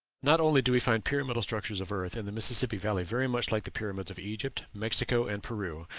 not only do we find pyramidal structures of earth in the mississippi valley very much like the pyramids of egypt, mexico, and peru,